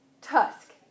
tusk